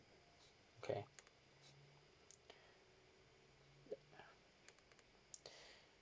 okay uh yeah